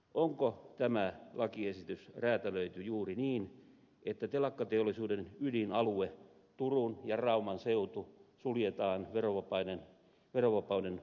onko tämä lakiesitys räätälöity juuri niin että telakkateollisuuden ydinalue turun ja rauman seutu suljetaan verovapauden ulkopuolelle